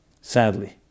Sadly